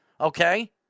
Okay